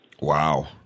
Wow